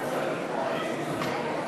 היושבת בראש,